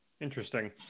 Interesting